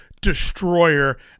destroyer